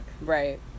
Right